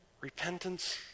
Repentance